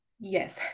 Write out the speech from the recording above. Yes